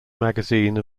magazine